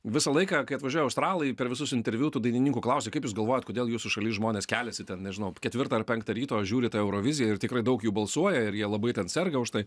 visą laiką kai atvažiuoja australai per visus interviu tų dainininkų klausia kaip jūs galvojat kodėl jūsų šaly žmonės keliasi ten nežinau ketvirtą ar penktą ryto žiūri tą euroviziją ir tikrai daug jų balsuoja ir jie labai ten serga už tai